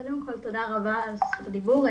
קום כל תודה רבה על זכות הדיבור.